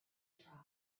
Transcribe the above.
tribes